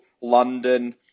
London